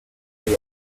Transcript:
than